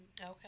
Okay